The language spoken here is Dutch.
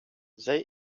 zij